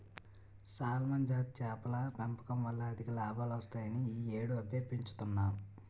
salmon జాతి చేపల పెంపకం వల్ల అధిక లాభాలొత్తాయని ఈ యేడూ అయ్యే పెంచుతన్ను